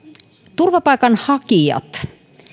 turvapaikanhakijat